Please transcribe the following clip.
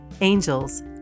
angels